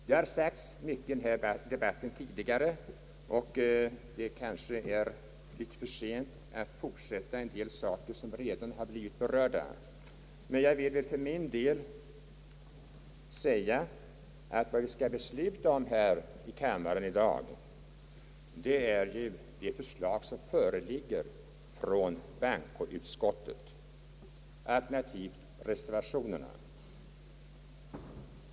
Det har tidigare i den här debatten redan sagts, men jag vill ändå för min del erinra om, att vad vi skall besluta om här i kammaren i dag är ju bankoutskottets förslag och reservationerna.